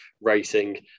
racing